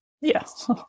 Yes